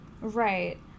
Right